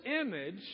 image